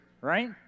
right